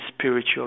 spiritual